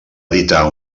editar